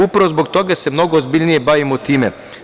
Upravo zbog toga se mnogo ozbiljnije bavimo time.